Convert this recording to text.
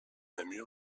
namur